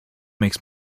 makes